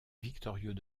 victorieux